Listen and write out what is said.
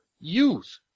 youth